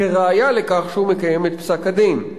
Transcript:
כראיה לכך שהוא מקיים את פסק-הדין.